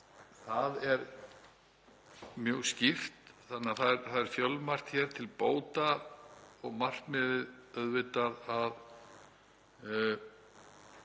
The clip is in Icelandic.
Það er mjög skýrt, þannig að það er fjölmargt hér til bóta og markmiðið auðvitað að